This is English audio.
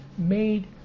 Made